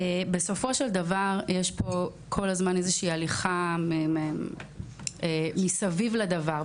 בסופו של דבר יש פה כל הזמן איזושהי הליכה מסביב לדבר.